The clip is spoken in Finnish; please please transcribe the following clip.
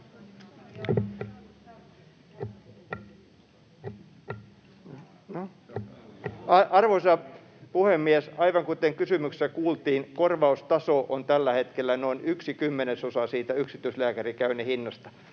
Arvoisa puhemies! Aivan kuten kysymyksessä kuultiin, korvaustaso on tällä hetkellä noin yksi kymmenesosa siitä yksityislääkärikäynnin hinnasta.